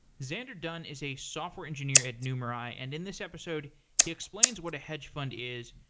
xander dunn is a software engineer at numerai, and in this episode he explains what a hedge fund is,